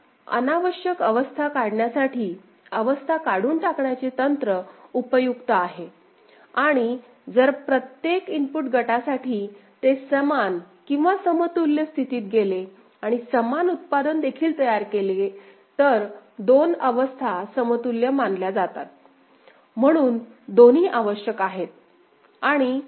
आणि अनावश्यक अवस्था काढण्यासाठी अवस्था काढून टाकण्याचे तंत्र उपयुक्त आहे आणि जर प्रत्येक इनपुट गटासाठी ते समान किंवा समतुल्य स्थितीत गेले आणि समान उत्पादन देखील तयार केले तर दोन अवस्था समतुल्य मानल्या जातात म्हणून दोन्ही आवश्यक आहेत